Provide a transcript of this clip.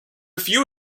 few